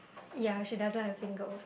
ya she doesn't have finger holes